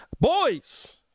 Boys